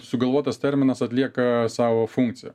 sugalvotas terminas atlieka savo funkciją